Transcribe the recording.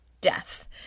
death